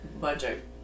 budget